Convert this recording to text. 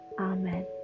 Amen